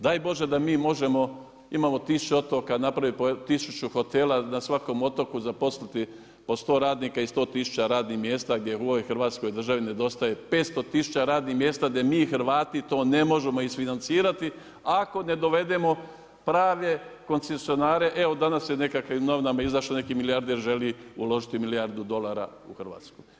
Daj Bože da mi možemo, imamo tisuću otoka, napraviti po tisuću hotela, na svakom otoku zaposliti po 100 radnika i 100000 radnih mjesta gdje u ovoj Hrvatskoj državi nedostaje 500000 radnih mjesta gdje mi Hrvati to ne možemo isfinancirati ako ne dovedemo prave koncesionare, evo danas je u nekakvim novinama izašlo neki milijarder želi uložiti milijardu dolara u Hrvatsku.